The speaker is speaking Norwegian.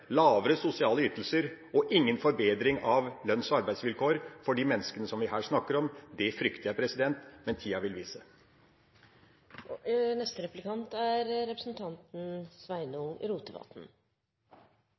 lavere sosiale ytelser og ingen forbedring av lønns- og arbeidsvilkår for de menneskene vi her snakker om. Det frykter jeg, men tida vil vise. I sine merknader til innstillinga og i dagens innlegg slår representanten